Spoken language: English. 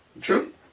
True